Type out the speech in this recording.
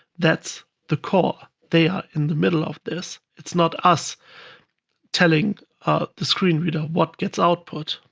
that's the core. they are in the middle of this. it's not us telling ah the screen reader what gets output.